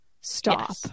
Stop